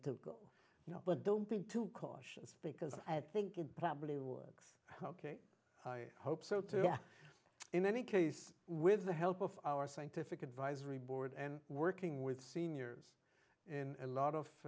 to go you know but don't think too cautious because i think it probably works ok i hope so too in any case with the help of our scientific advisory board and working with seniors in a lot of